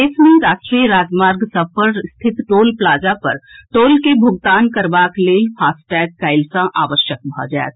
देश मे राष्ट्रीय राजमार्ग सभ पर स्थित टोल प्लाजा पर टोल के भोगतान करबाक लेल फास्टैग काल्हि सँ आवश्यक भऽ जाएत